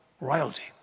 royalty